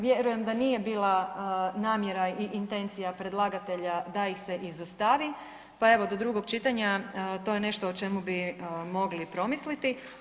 Vjerujem da nije bila namjera i intencija predlagatelja da ih se izostavi, pa evo do drugog čitanja to je nešto o čemu bi mogli promisliti.